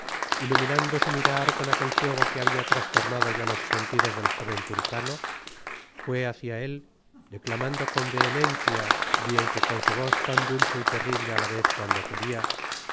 iluminando su mirar con aquel fuego que habia trastornado ya los sentidos del jóven puritano fué hácia él declamando con vehemencia bien que con su voz tan dulce y terrible á la vez cuando quería